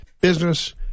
business